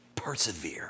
Persevere